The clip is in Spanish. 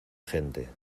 gente